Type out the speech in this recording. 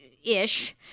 ish